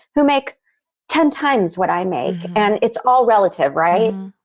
who make ten times what i make. and it's all relative, right?